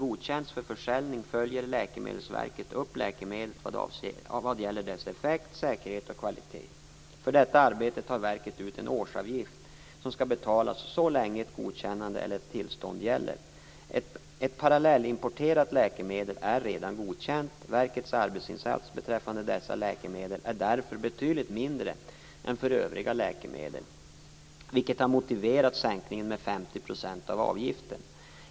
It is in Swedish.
Läkemedelsverket upp läkemedlet vad gäller dess effekt, säkerhet och kvalitet. För detta arbete tar verket ut en årsavgift som skall betalas så länge ett godkännande eller tillstånd gäller. Ett parallellimporterat läkemedel är redan godkänt. Verkets arbetsinsats beträffande dessa läkemedel är därför betydligt mindre än för övriga läkemedel, vilket har motiverat sänkningen med 50 % av avgiften.